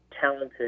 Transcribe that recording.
talented